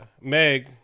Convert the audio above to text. Meg